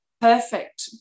perfect